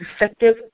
effective